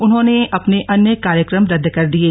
उन्होंने अपने अन्य कार्यक्रम रद्द कर दिये